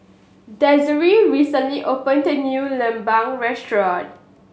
Desiree recently opened new lemang restaurant